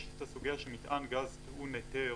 יש את הסוגיה של מיתקן גז טעון היתר